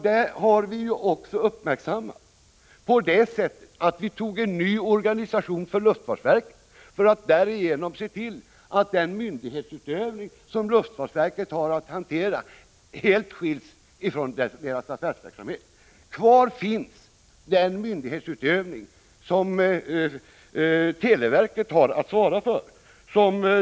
Det har vi också uppmärksammat på det sättet att riksdagen antog en ny organisation för luftfartsverket för att därigenom se till att den myndighetsutövning som luftfartsverket har att hantera helt skiljs från dess affärsverksamhet. Kvar finns den myndighetsutövning som televerket svarar för.